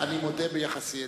אני מודה ביחסי אליך.